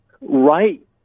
right